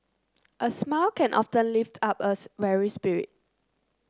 a smile can often lift up a weary spirit